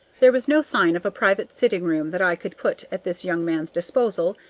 there was no sign of a private sitting room that i could put at this young man's disposal,